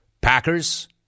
Packers